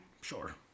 Sure